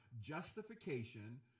justification